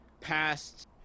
passed